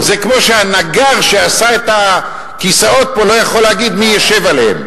זה כמו שהנגר שעשה את הכיסאות פה לא יכול להגיד מי ישב עליהם.